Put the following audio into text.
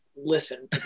listen